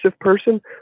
person